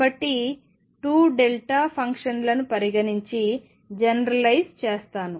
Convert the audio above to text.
కాబట్టి 2 డెల్టా ఫంక్షన్లను పరిగణించి జనరలైస్ చేస్తాను